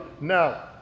now